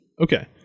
Okay